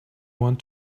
want